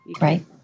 Right